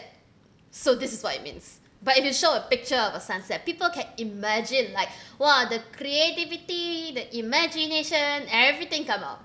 so this is what it means but if you show a picture of a sunset people can imagine like !wah! the creativity the imagination everything come out